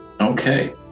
okay